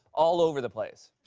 all over the place.